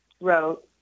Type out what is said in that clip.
wrote